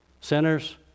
Sinners